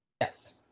Yes